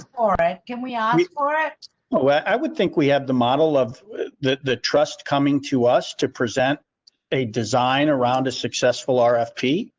all right, can we ah ask for it? i would think we have the model of the the trust coming to us to present a design around a successful r. f. p.